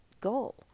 goal